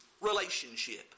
relationship